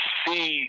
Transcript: see